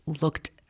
looked